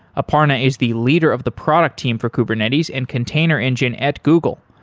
aparna is the leader of the product team for kubernetes and container engine at google.